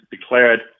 declared